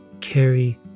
carry